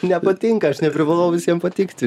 nepatinka aš neprivalau visiem patikti